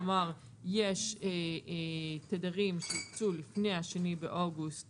כלומר יש תדרים שהוקצו לפני ה-2 באוגוסט